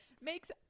makes